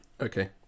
Okay